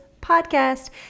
podcast